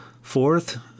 Fourth